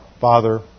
Father